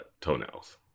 toenails